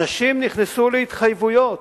אנשים נכנסו להתחייבויות,